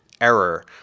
error